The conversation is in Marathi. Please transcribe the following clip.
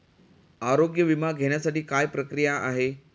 आरोग्य विमा घेण्यासाठी काय प्रक्रिया आहे?